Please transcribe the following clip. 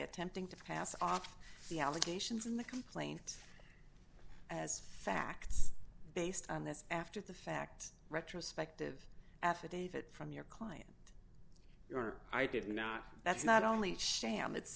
attempting to pass off the allegations in the complaint as facts based on this after the fact retrospective affidavit from your client your i did not that's not only sham it's